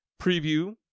preview